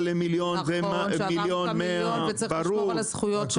למיליון ושצריך לשמור על הזכויות שלהם.